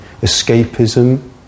escapism